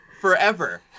forever